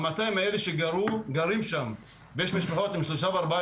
המאתיים האלה שגרים שם ויש משפחות עם שלושה וארבע,